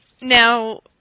now